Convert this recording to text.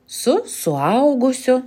su suaugusiu